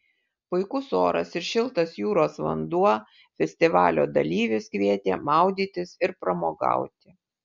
puikus oras ir šiltas jūros vanduo festivalio dalyvius kvietė maudytis ir pramogauti